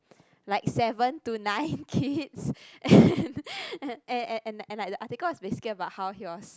like seven to nine kids and like the article was very scared about he was